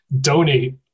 donate